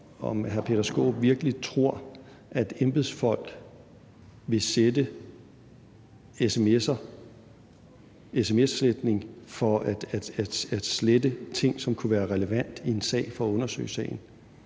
om hr. Peter Skaarup virkelig tror, at embedsfolk vil opsætte sms-sletning for at slette ting, som kunne være relevante i en sag for at undersøge sagen.